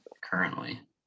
currently